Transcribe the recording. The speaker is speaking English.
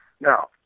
Now